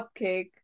cupcake